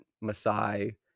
Masai